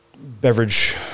beverage